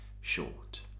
short